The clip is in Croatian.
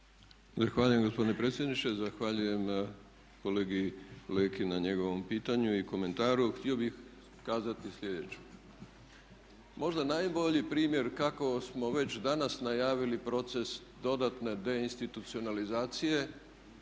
Zahvaljujem gospodine predsjedniče, zahvaljujem kolegi Leki na njegovom pitanju i komentaru. Htio bih kazati sljedeće. Možda najbolji primjer kako smo već danas najavili proces dodatne deinstitucionalizacije,